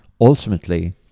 ultimately